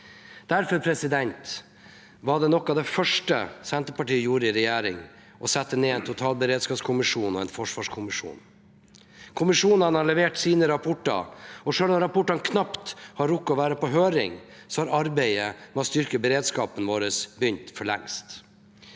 over tid forfalle. Noe av det første Senterpartiet gjorde i regjering, var derfor å sette ned en totalberedskapskommisjon og en forsvarskommisjon. Kommisjonene har levert sine rapporter, og selv om rapportene knapt har rukket å være på høring, har arbeidet med å styrke beredskapen vår begynt for lengst.